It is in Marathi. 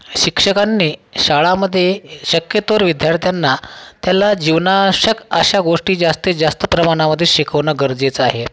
शिक्षकांनी शाळामधे शक्यतोवर विद्यार्थ्यांना त्याला जीवनाशक अशा गोष्टी जास्तीत जास्त प्रमाणामध्ये शिकवणं गरजेचं आहे